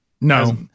No